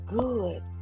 good